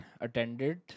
attended